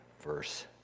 verse